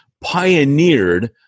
pioneered